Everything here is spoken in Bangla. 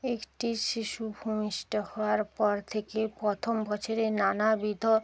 একটি শিশু ভূমিষ্ঠ হওয়ার পর থেকে প্রথম বছরে নানাবিধ